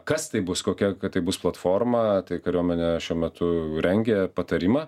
kas tai bus kokia kad tai bus platforma tai kariuomenė šiuo metu rengia patarimą